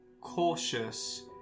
cautious